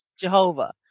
Jehovah